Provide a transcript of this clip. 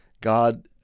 God